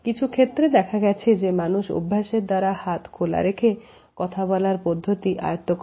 কিছু ক্ষেত্রে দেখা গেছে যে মানুষ অভ্যাসের দ্বারা হাত খোলা রেখে কথা বলার পদ্ধতি আয়ত্ত করে